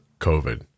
COVID